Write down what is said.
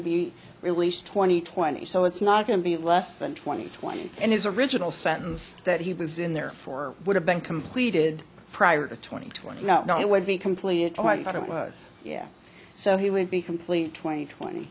be released twenty twenty so it's not going to be less than twenty twenty and his original sentence that he was in there for would have been completed prior to twenty twenty no no it would be complete oh i thought it was so he would be completely twenty twenty